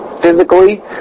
physically